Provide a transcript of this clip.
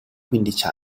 quindici